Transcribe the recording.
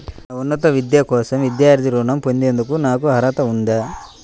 నా ఉన్నత విద్య కోసం విద్యార్థి రుణం పొందేందుకు నాకు అర్హత ఉందా?